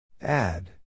Add